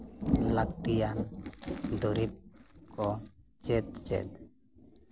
ᱞᱟᱹᱠᱛᱤᱭᱟᱱ ᱫᱩᱨᱤᱵᱽ ᱠᱚ ᱪᱮᱫ ᱪᱮᱫ